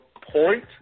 point